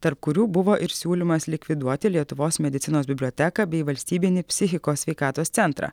tarp kurių buvo ir siūlymas likviduoti lietuvos medicinos biblioteką bei valstybinį psichikos sveikatos centrą